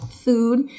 Food